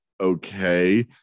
okay